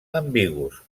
ambigus